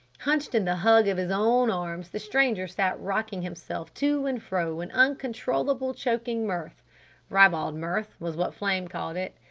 hunched in the hug of his own arms the stranger sat rocking himself to and fro in uncontrollable, choking mirth ribald mirth was what flame called it.